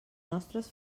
nostres